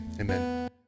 amen